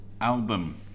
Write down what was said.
album